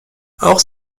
auch